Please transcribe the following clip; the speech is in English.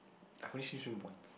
I've only seen you swim once